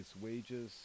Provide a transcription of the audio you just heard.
Wages